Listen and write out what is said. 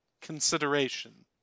consideration